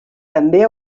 també